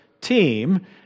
team